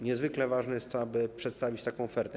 Niezwykle ważne jest to, aby przedstawić ofertę.